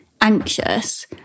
anxious